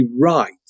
right